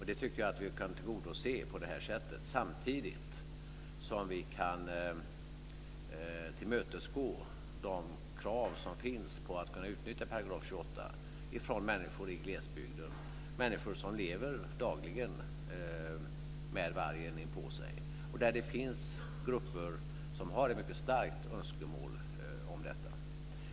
Det tycker jag att vi kan tillgodose på detta sätt samtidigt som vi kan tillmötesgå de krav som finns från människor i glesbygden att kunna utnyttja 28 §, människor som dagligen lever med vargen inpå sig och där det finns grupper som har ett mycket starkt önskemål om detta.